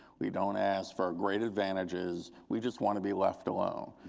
we don't ask for great advantages. we just want to be left alone.